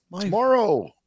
Tomorrow